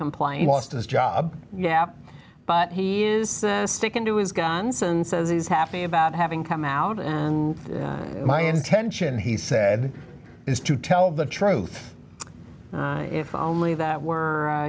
complying lost his job yeah but he is sticking to his guns and says he's happy about having come out and my intention he said is to tell the truth if only that were